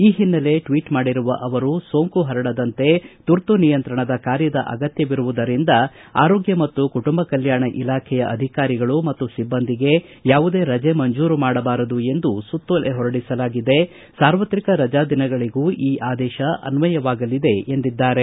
ಈ ಹಿನ್ನೆಲೆ ಟ್ವೀಟ್ ಮಾಡಿರುವ ಅವರು ಸೋಂಕು ಪರಡದಂತೆ ತುರ್ತು ನಿಯಂತ್ರಣ ಕಾರ್ಯದ ಅಗತ್ಯವಿರುವುದರಿಂದ ಆರೋಗ್ಯ ಮತ್ತು ಕುಟುಂಬ ಕಲ್ಕಾಣ ಇಲಾಖೆಯ ಅಧಿಕಾರಿಗಳು ಮತ್ತು ಸಿಬ್ಬಂದಿಗೆ ಯಾವುದೇ ರಜೆ ಮಂಜೂರು ಮಾಡಬಾರದು ಎಂದು ಸುತ್ತೋಲೆ ಹೊರಡಿಸಲಾಗಿದೆ ಸಾರ್ವತ್ರಿಕ ರಜಾ ದಿನಗಳಿಗೂ ಈ ಆದೇಶ ಅನ್ನಯವಾಗಲಿದೆ ಎಂದಿದ್ದಾರೆ